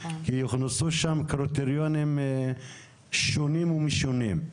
כי הוכנסו שם קריטריונים שונים ומשונים,